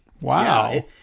Wow